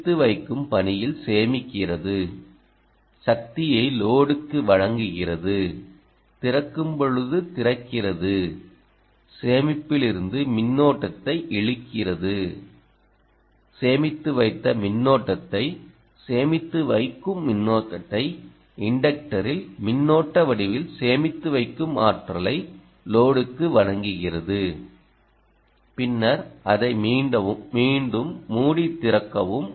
சேமித்து வைக்கும் பணியில் சேமிக்கிறது சக்தியை லோடுக்கு வழங்குகிறது திறக்கும்போது திறக்கிறது சேமிப்பி்ல் இருந்து மின்னோட்டத்தை இழுக்கிறது சேமித்து வைத்த மின்னோட்டத்தை சேமித்து வைக்கும் மின்னோட்டத்தை இன்டக்டரில் மின்னோட்ட வடிவில் சேமித்து வைக்கும் ஆற்றலை லோடுக்கு வழங்குகிறது பின்னர் அதை மீண்டும் மூடி திறக்கவும்